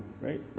right